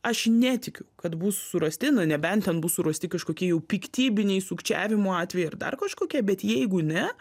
aš netikiu kad bus surasti nebent ten bus surasti kažkokie jau piktybiniai sukčiavimo atvejai ar dar kažkokie bet jeigu ne